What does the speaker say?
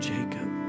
Jacob